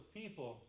people